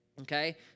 Okay